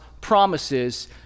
promises